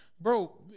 bro